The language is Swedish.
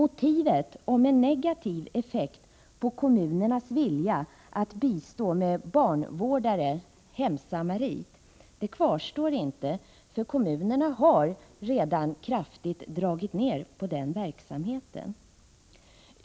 Argumentet om en negativ effekt på kommunernas vilja att bistå med barnvårdare eller hemsamarit kvarstår inte, för kommunerna har redan kraftigt dragit ner på den verksamheten.